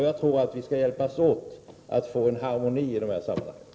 Jag menar att vi bör hjälpas åt med att skapa harmoni i dessa sammanhang.